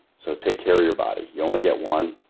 so, take care of your body. you only get one,